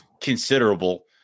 considerable